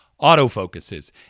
autofocuses